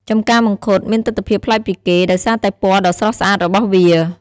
ចម្ការមង្ឃុតមានទិដ្ឋភាពប្លែកពីគេ ដោយសារតែពណ៌ដ៏ស្រស់ស្អាតរបស់វា។